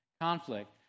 conflict